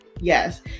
Yes